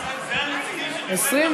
התשע"ח 2018,